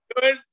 Good